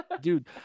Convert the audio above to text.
dude